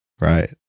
right